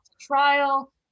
trial